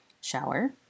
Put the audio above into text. Shower